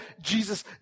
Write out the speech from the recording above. Jesus